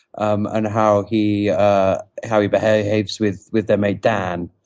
um and how he how he behaves with with their mate, dan,